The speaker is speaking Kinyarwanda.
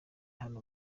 hano